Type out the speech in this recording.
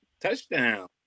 touchdown